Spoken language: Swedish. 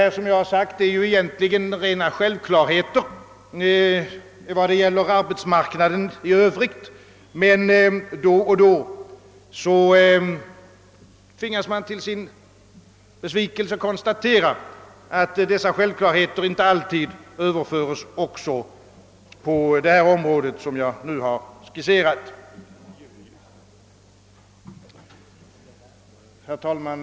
Vad jag har sagt är egentligen rena självklarheter vad gäller arbetsmarknaden i övrigt, men då och då tvingas man till sin besvikelse konstatera, att dessa självklarheter inte alltid överföres också på det område som jag nu har talat om. Herr talman!